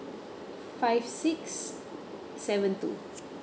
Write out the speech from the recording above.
five six seven two